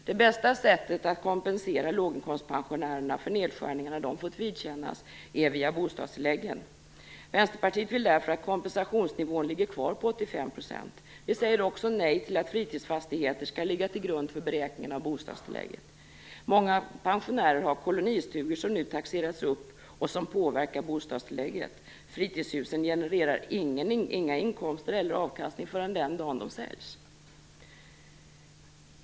Det bästa sättet att kompensera låginkomstpensionärerna för nedskärningarna de fått vidkännas är via bostadstilläggen. Vänsterpartiet vill därför att kompensationsnivån ligger kvar på 85 %. Vi säger också nej till att fritidsfastigheter skall ligga till grund för beräkningen av bostadstillägget. Många pensionärer har kolonistugor som nu taxerats upp och som påverkar bostadstillägget. Fritidshusen genererar inga inkomster och ingen avkastning förrän den dagen de säljs.